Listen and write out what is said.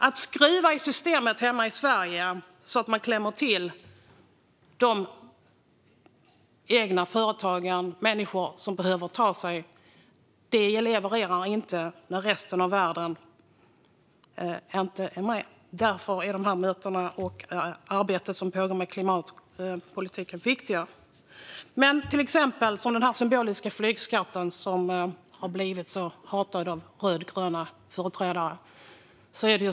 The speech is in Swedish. Att skruva i systemet hemma i Sverige så att man klämmer till de egna företagen och människor som behöver ta sig runt levererar inte när resten av världen inte är med. Därför är dessa möten och arbetet som pågår med klimatpolitiken viktiga. Att den symboliska flygskatten tas bort hatas av rödgröna företrädare.